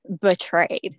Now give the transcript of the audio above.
betrayed